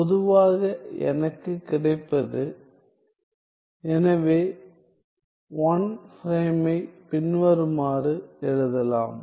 பொதுவாக எனக்கு கிடைப்பது எனவே 1 ப்ரைமை பின்வருமாறு எழுதலாம்